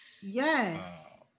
Yes